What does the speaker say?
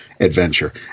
adventure